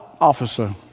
officer